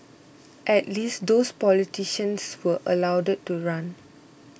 at least those politicians were allowed to run